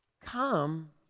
come